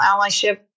allyship